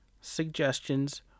suggestions